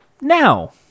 now